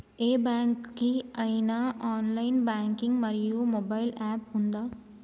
ఏ bank కి ఐనా online banking మరియు మొబైల్ యాప్ ఉందా?